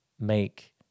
make